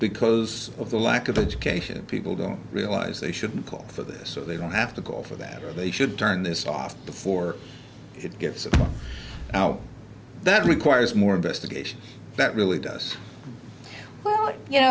because of the lack of education people don't realize they shouldn't call for this they don't have to go for that or they should turn this off before it gets out that requires more investigation that really does